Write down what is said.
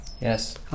yes